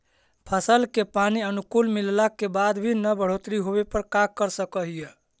फसल के पानी अनुकुल मिलला के बाद भी न बढ़ोतरी होवे पर का कर सक हिय?